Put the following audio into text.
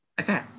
okay